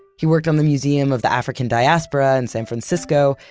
he worked on the museum of the african diaspora in san francisco,